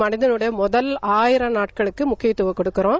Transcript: மனிதனோட முதல் ஆயிரம் நாட்குளக்கு முக்கியத்தவம் கொடுக்கறோம்